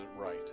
right